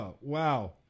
wow